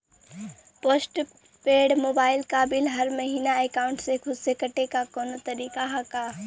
Post paid mobile क bill हर महिना एकाउंट से खुद से कटे क कौनो तरीका ह का?